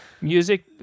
music